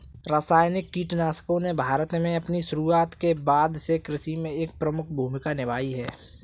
रासायनिक कीटनाशकों ने भारत में अपनी शुरूआत के बाद से कृषि में एक प्रमुख भूमिका निभाई है